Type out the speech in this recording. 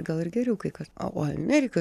gal ir geriau kai kas o amerikoj